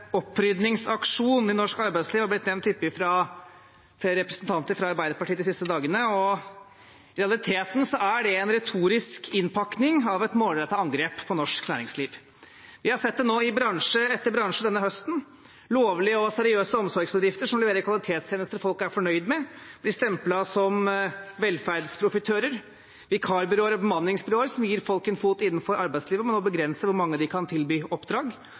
«opprydningsaksjon i norsk arbeidsliv» har vært nevnt hyppig fra representanter fra Arbeiderpartiet de siste dagene, og i realiteten er det en retorisk innpakning av et målrettet angrep på norsk næringsliv. Vi har sett det nå i bransje etter bransje denne høsten: Lovlige og seriøse omsorgsbedrifter som leverer kvalitetstjenester folk er fornøyd med, blir stemplet som «velferdsprofitører». Vikarbyråer og bemanningsbyråer som gir folk en fot innenfor arbeidslivet, må nå begrense hvor mange de kan tilby oppdrag.